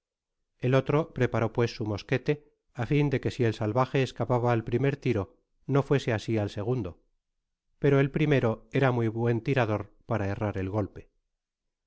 el otro preparó pues su mosquete á fin de que si el salvaje escapaba al primer tiro no fuese así al segundo pero el primero era muy buen tirador para errar el golpe